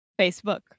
Facebook